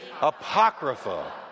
apocrypha